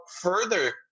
further